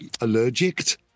Allergic